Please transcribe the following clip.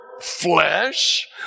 flesh